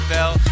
Bell